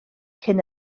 cyn